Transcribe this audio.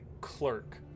clerk